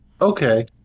Okay